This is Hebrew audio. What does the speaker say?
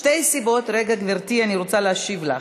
שתי סיבות, רגע, גברתי, אני רוצה להשיב לך.